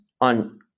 on